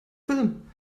film